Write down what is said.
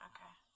Okay